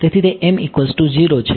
તેથી તે છે